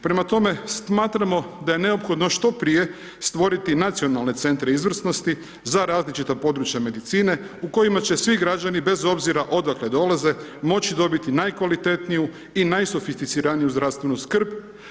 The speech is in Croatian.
Prema tome smatramo da je neophodno što prije stvoriti nacionalne centre izvrsnosti za različita područja medicine u kojima će svi građani bez obzira odakle dolaze moći dobiti najkvalitetniju i najsofisticiraniju zdravstvenu skrb.